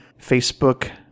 Facebook